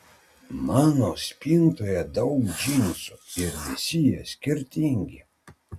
mano spintoje daug džinsų ir visi jie skirtingi